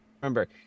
remember